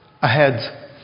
ahead